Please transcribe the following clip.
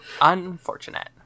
Unfortunate